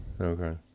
Okay